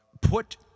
Put